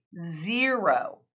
zero